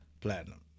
Platinum